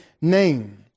name